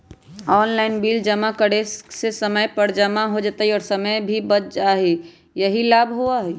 Online bill जमा करे से समय पर जमा हो जतई और समय भी बच जाहई यही लाभ होहई?